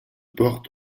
porte